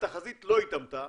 התחזית לא התאמתה.